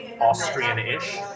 austrian-ish